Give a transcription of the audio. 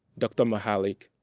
dr. mihalic,